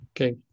Okay